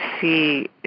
see